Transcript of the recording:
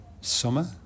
summer